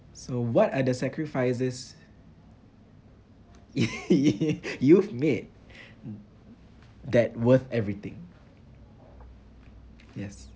so what are the sacrifices you've made that worth everything yes